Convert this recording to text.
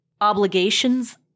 obligations